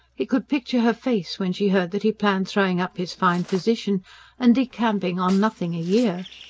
he could picture her face, when she heard that he planned throwing up his fine position and decamping on nothing a year.